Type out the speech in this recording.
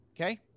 Okay